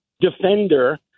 defender